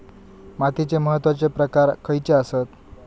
मातीचे महत्वाचे प्रकार खयचे आसत?